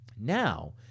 Now